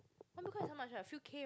one Bitcoin is how much ah few K